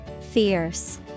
Fierce